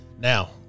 Now